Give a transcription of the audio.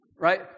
Right